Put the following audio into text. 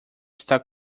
está